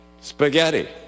Spaghetti